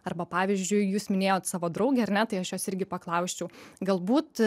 arba pavyzdžiui jūs minėjot savo draugę ar ne tai aš jos irgi paklausčiau galbūt